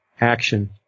action